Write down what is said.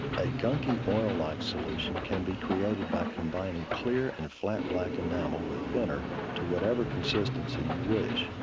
a gunky oil-like solution can be created by combining clear and a flat black enamel with thinner to whatever consistency you wish.